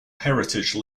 heritage